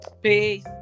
peace